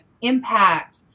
Impact